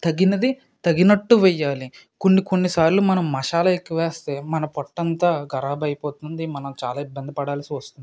తగినది తగినట్టు వేయాలి కొన్ని కొన్నిసార్లు మనం మసాలా ఎక్కువేస్తే మన పొట్టంతా ఖరాబ్ అయిపోతుంది మనం చాలా ఇబ్బంది పడాల్సి వస్తుంది